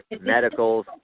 medicals